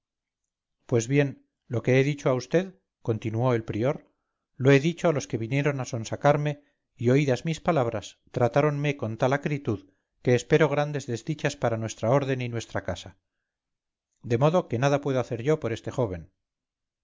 pues bien lo que he dicho a vd continuó el prior lo he dicho a los que vinieron a sonsacarme y oídas mis palabras tratáronme con tal acritud que espero grandes desdichas para nuestra orden y nuestra casa de modo que nada puedo hacer por este joven